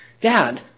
Dad